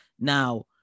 Now